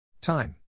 Time